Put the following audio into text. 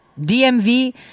DMV